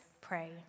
pray